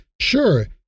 sure